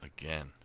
Again